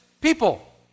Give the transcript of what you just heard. people